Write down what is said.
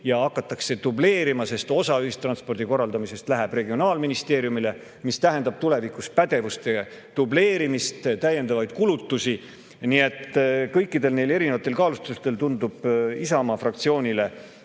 kus hakatakse dubleerima, sest osa ühistranspordi korraldamisest läheb regionaalministeeriumile, mis tähendab tulevikus pädevuste dubleerimist ja täiendavaid kulutusi. Kõikidel neil erinevatel kaalutlustel tundub Isamaa fraktsioonile,